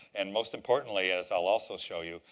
and most importantly, as i'll also show you,